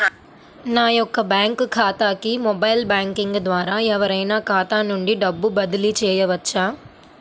నా యొక్క బ్యాంక్ ఖాతాకి మొబైల్ బ్యాంకింగ్ ద్వారా ఎవరైనా ఖాతా నుండి డబ్బు బదిలీ చేయవచ్చా?